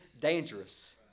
dangerous